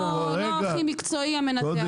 לא הכי מקצועי המנתח.